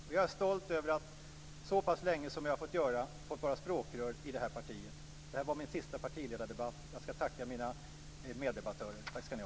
Och jag är stolt över att så pass länge ha fått vara språkrör i det här partiet. Det här var min sista partiledardebatt. Jag ska tacka mina meddebattörer. Tack ska ni ha!